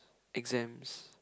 exams